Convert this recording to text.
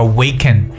Awaken